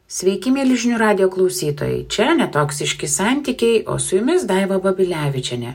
sveiki mieli žinių radijo klausytojai čia netoksiški santykiai o su jumis daiva babilevičienė